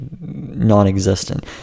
non-existent